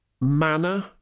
manner